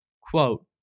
quote